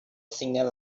signal